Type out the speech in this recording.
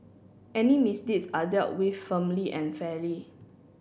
any misdeeds are dealt with firmly and fairly